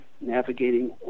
navigating